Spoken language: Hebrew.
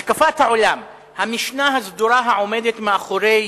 השקפת העולם, המשנה הסדורה העומדת מאחורי